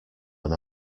when